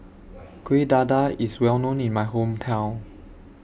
Kueh Dadar IS Well known in My Hometown